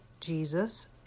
jesus